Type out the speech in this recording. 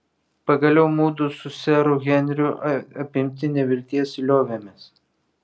pagaliau mudu su seru henriu apimti nevilties liovėmės